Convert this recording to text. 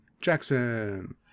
jackson